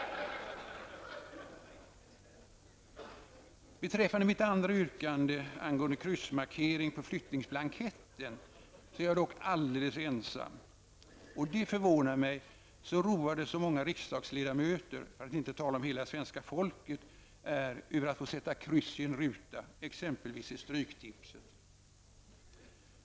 Beträffande mitt andra yrkande, angående kryssmarkering på flyttningsblanketten, är jag dock alldeles ensam. Och det förvånar mig så roade som många riksdagsledamöter, för att inte tala om hela svenska folket, är över att få sätta kryss i en ruta, exempelvis i stryktipset.